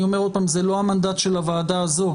אני אומר עוד פעם, זה המנדט של הוועדה הזו.